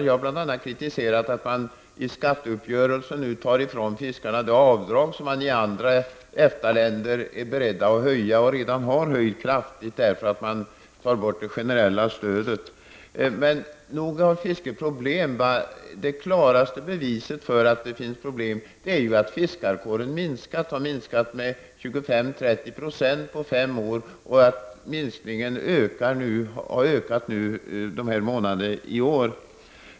Jag har bl.a. kritiserat att man i skatteuppgörelsen tar ifrån fiskarna det avdrag som man i andra EFTA-länder är beredda att höja — och redan har höjt kraftigt — eftersom det generella stödet skall tas bort. Nog har fisket problem. Det klaraste beviset för att det existerar problem är att fiskarkåren har minskat med 25—30 20 på fem år och att minskningen har ökat i omfattning i år.